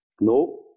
No